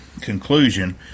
conclusion